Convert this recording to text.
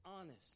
honest